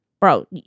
Bro